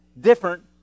different